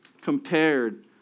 compared